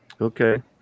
Okay